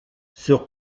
sur